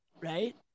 right